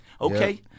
Okay